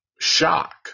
shock